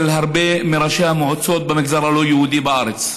הרבה מראשי המועצות במגזר הלא-יהודי בארץ,